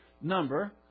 number